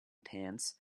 pants